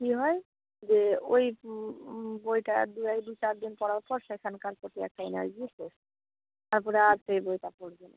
কী হয় যে ওই বইটা দু এক দু চার দিন পড়ার পর সেখানকার প্রতি একটা এনার্জি শেষ তারপরে আর সেই বইটা পড়বে না